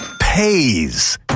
Pays